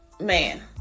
Man